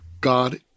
God